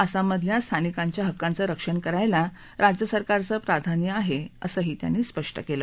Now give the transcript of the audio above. आसाममधल्या स्थानिकांच्या हक्कांचं रक्षण करायला राज्य सरकारचं प्रधान्य आहे असं त्यांनी स्पष्ट केलं